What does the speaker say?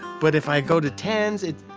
but if i go to ten s,